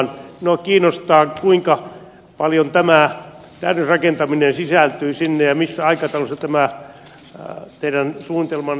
minua kiinnostaa missä määrin tämä täydennysrakentaminen sisältyy siihen ja missä aikataulussa tämä teidän suunnitelmanne tulee ulos